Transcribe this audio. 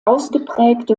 ausgeprägte